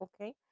Okay